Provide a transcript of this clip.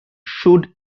should